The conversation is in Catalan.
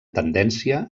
tendència